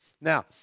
Now